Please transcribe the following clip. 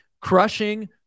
crushing